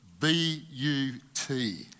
B-U-T